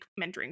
mentoring